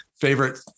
favorite